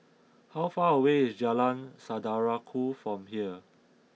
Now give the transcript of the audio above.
how far away is Jalan Saudara Ku from here